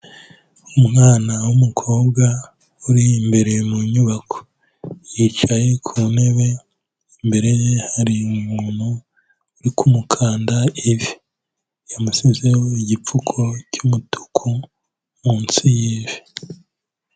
Umwana w'umukobwa uri imbere mu nyubako, yicaye ku ntebe imbere ye hari umuntu uri kumukanda ivi, yamushyizeho igipfuko cy'umutuku munsi y'ivi.